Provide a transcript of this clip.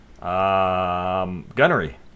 Gunnery